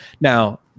Now